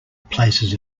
places